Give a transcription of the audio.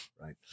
right